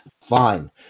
fine